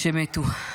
שמתו.